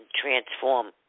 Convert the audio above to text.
transform